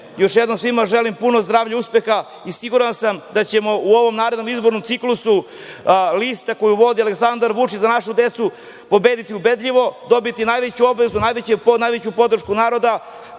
još jednom, svima želim puno zdravlja, uspeha i siguran sam da ćemo u ovom narednom izbornom ciklusu lista koju vodi Aleksandar Vučić – „Za našu decu“, pobediti ubedljivo, dobiti najveću obavezu, najveću podršku naroda.